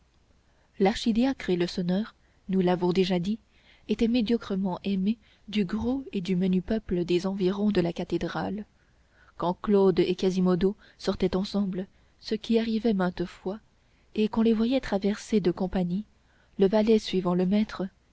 l'archidiacre et le sonneur nous l'avons déjà dit étaient médiocrement aimés du gros et menu peuple des environs de la cathédrale quand claude et quasimodo sortaient ensemble ce qui arrivait maintes fois et qu'on les voyait traverser de compagnie le valet suivant le maître